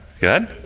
Good